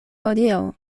hodiaŭ